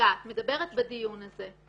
נפגעת מדברת בדיון הזה,